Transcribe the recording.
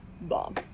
bomb